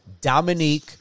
Dominique